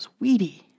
weedy